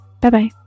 Bye-bye